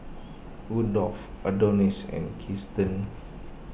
Rudolf Adonis and Keaston